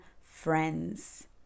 friends